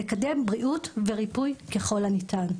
לקדם בריאות וריפוי ככל הניתן,